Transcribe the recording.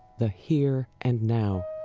the here and now,